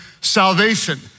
salvation